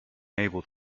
able